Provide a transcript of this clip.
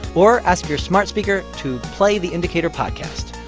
or ask your smart speaker to play the indicator podcast.